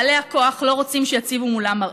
בעלי הכוח לא רוצים שיציבו מולם מראה.